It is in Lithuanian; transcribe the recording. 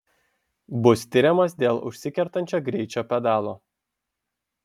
bus tiriamas dėl užsikertančio greičio pedalo